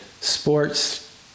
sports